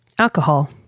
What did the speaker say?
Alcohol